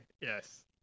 Yes